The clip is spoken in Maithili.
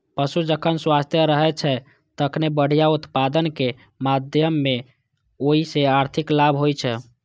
पशु जखन स्वस्थ रहै छै, तखने बढ़िया उत्पादनक माध्यमे ओइ सं आर्थिक लाभ होइ छै